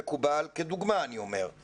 אני באמת לא מצליח להבין.